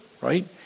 right